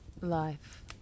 Life